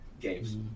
games